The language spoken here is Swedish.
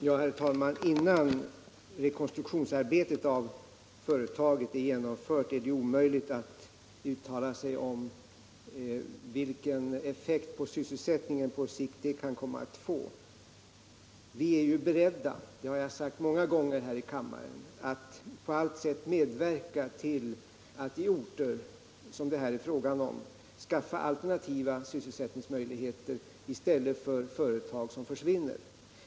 Herr talman! Innan rekonstruktionsarbetet av företaget är genomfört är det omöjligt att uttala sig om vilken effekt på sysselsättningen på sikt det kan komma att få. Vi är beredda — det har jag sagt många gånger här i kammaren — att på allt sätt medverka till att på sådana här orter skaffa alternativa sysselsättningsmöjligheter i stället för företag som försvinner.